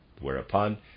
whereupon